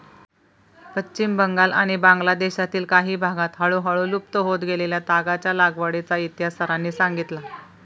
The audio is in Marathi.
पश्चिम बंगाल आणि बांगलादेशातील काही भागांत हळूहळू लुप्त होत गेलेल्या तागाच्या लागवडीचा इतिहास सरांनी सांगितला